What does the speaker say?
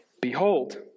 Behold